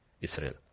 Israel